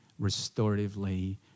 restoratively